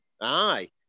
Aye